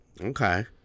Okay